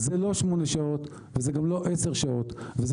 זה לא שמונה שעות וגם לא 10 שעות וזה